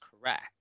correct